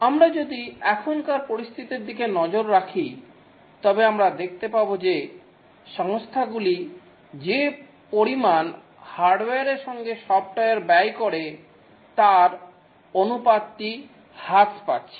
আমরা যদি এখনকার পরিস্থিতির দিকে নজর রাখি তবে আমরা দেখতে পাব যে সংস্থাগুলি যে পরিমাণ হার্ডওয়্যারের সঙ্গে সফ্টওয়্যারে ব্যয় করে তার অনুপাতটি হ্রাস পাচ্ছে